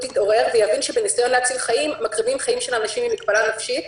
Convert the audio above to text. יתעורר ויבין שבניסיון להציל חיים מקריבים חיים של אנשים עם מגבלה נפשית".